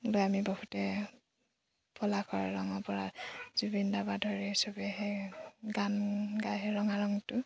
আমি বহুতে পলাশৰ ৰঙৰ পৰা জুবিন চবে সেই গান গায় সেই ৰঙা ৰঙটো